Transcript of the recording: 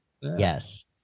Yes